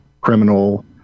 criminal